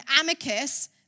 amicus